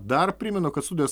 dar primenu kad studijos